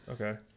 Okay